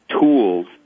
tools